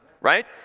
right